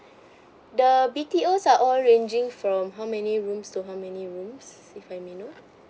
the B_T_O are all ranging from how many rooms to how many rooms if I may know